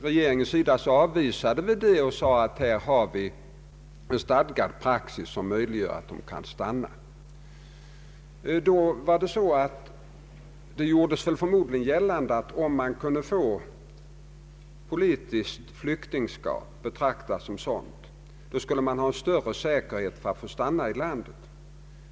Regeringen avvisade den tanken och förklarade att stadgad praxis möjliggör för dem att stanna. Det gjordes också gällande att den som kunde betraktas såsom politisk flykting, skulle ha större säkerhet för att få stanna i landet.